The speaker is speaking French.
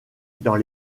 dans